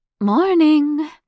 Morning